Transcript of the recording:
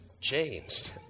changed